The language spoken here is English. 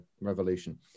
Revolution